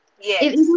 yes